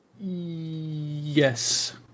Yes